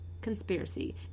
conspiracy